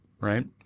Right